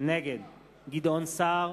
נגד גדעון סער,